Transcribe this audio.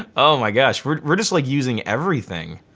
ah oh my gosh, we're we're just like using everything.